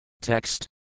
Text